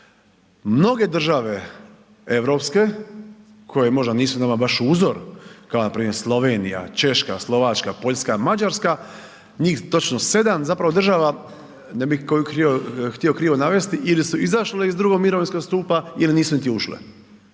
Mnoge države europske koje možda nisu nama baš uzor kao npr. Slovenija, Češka, Slovačka, Poljska, Mađarska njih točno 7 zapravo država, ne bih koju krivo htio navesti, ili su izašle iz drugog mirovinskog stupa ili nisu niti ušle,